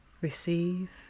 receive